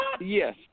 Yes